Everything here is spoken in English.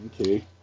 Okay